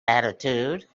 attitude